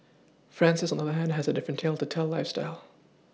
Francis on the other hand has a different tale to tell lifeStyle